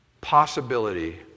possibility